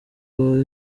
rwa